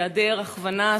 היעדר הכוונה,